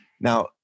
Now